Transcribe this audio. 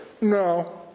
No